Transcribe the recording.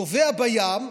טובע בים,